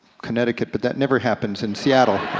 connecticut, but that never happens in seattle,